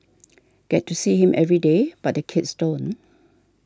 get to see him every day but the kids don't